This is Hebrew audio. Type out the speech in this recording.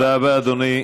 תודה רבה, אדוני.